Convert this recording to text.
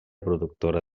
productora